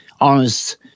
honest